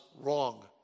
wrong